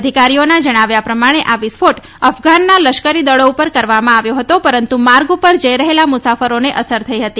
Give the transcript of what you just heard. અધિકારીઓના જણાવ્યા પ્રમાણે આ વિસ્ફોટ અફઘાનના લશ્કરી દળો ઉપર કરવામાં આવ્યો હતો પરંતુ માર્ગ ઉપર જઈ રહેલા મુસાફરોને અસર થઈ હતી